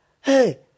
hey